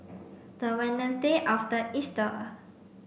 the Wednesday after Easter